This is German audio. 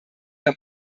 beim